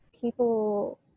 people